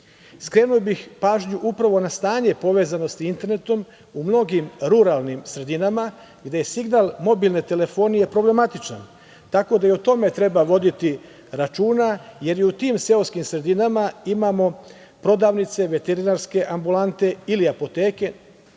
bih pažnju, upravo na stanje povezanosti internetom u mnogim ruralnim sredinama, gde je signal mobilne telefonije problematičan. Tako da i o tome treba voditi računa, jer je u tim seoskim sredinama imamo prodavnice, veterinarske ambulante ili apoteke,